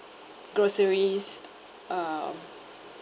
groceries um